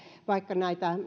vaikka on näitä